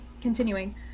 continuing